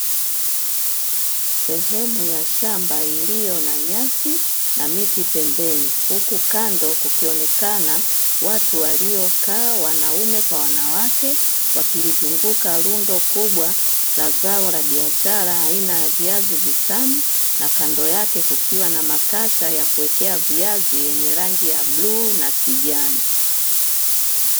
Sehemu ya shamba iliyo na nyasi na miti pembeni, huku kando kukionekana watu waliokaa (wanaume kwa wanawake) wakilizunguka rundo kubwa la zao la biashara aina ya viazi vitamu, na kando yake kukiwa na makasha ya kuwekea viazi yenye rangi ya bluu na kijani.